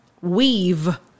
weave